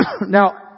now